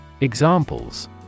Examples